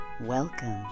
welcome